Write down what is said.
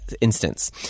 instance